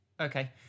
Okay